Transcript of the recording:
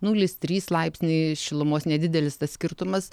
nulis trys laipsniai šilumos nedidelis tas skirtumas